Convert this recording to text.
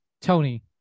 Tony